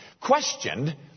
questioned